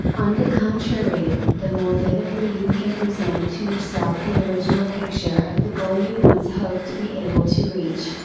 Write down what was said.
on the contrary, the more vividly you can present to yourself the original picture of the goal you once hoped to be able to reach,